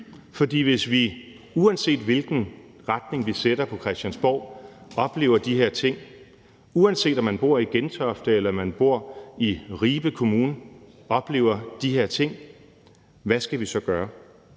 for hvis man, uanset hvilken retning vi sætter på Christiansborg, og uanset om man bor i Gentofte eller i Ribe Kommune, oplever de her ting, hvad skal vi så gøre?